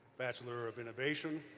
bachelor of innovation,